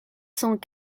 cent